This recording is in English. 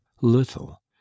little